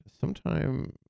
sometime